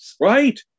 Right